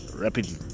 rapidly